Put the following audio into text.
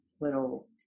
little